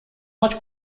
much